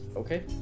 Okay